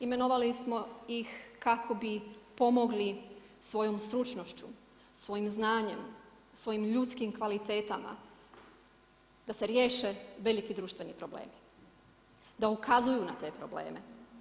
Imenovali smo ih kako bi pomogli svojim stručnošću, svojim znanjem, svojim ljudskim kvalitetama, da se riješe veliki društveni problemi, da ukazuju na te probleme.